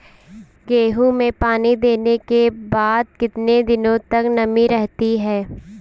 गेहूँ में पानी देने के बाद कितने दिनो तक नमी रहती है?